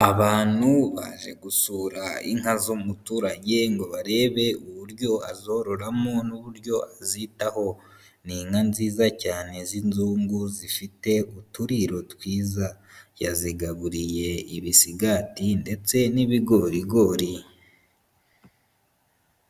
Abantu baje gusura inka z'umuturage ngo barebe uburyo azororamo n'uburyo azitaho, ni inka nziza cyane z'inzungu zifite uturiro twiza, yazigaburiye ibisigati ndetse n'ibigorigori.